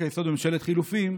חוק-יסוד: ממשלת חילופים,